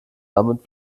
damit